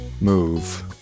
move